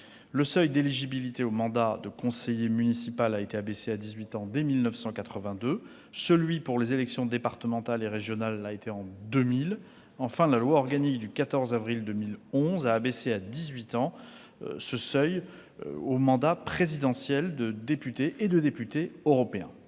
Le seuil d'éligibilité au mandat de conseiller municipal a été abaissé à dix-huit ans dès 1982. Celui pour les élections départementales et régionales l'a été en 2000. Enfin, la loi organique du 14 avril 2011 a abaissé à dix-huit ans le seuil d'éligibilité aux mandats présidentiel, de député et de député européen.